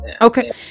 Okay